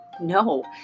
No